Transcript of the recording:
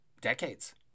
decades